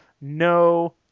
no